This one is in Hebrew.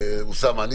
ואוסאמה,